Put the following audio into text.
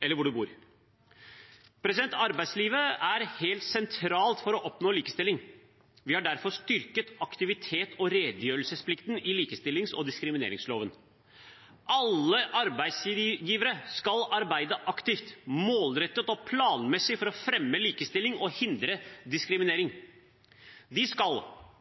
eller hvor du bor. Arbeidslivet er helt sentralt for å oppnå likestilling. Vi har derfor styrket aktivitets- og redegjørelsesplikten i likestillings- og diskrimineringsloven. Alle arbeidsgivere skal arbeide aktivt, målrettet og planmessig for å fremme likestilling og hindre diskriminering. De skal